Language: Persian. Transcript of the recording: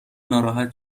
ناراحت